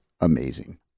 amazing